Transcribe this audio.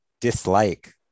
dislike